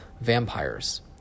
vampires